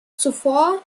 zuvor